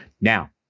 now